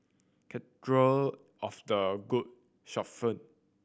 Cathedral of the Good Shepherd